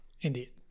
Indeed